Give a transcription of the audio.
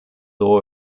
law